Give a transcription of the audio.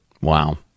Wow